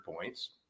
points